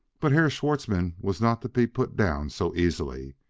but herr schwartzmann was not to be put down so easily.